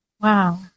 Wow